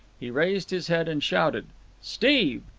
he raised his head and shouted steve!